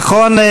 נכון?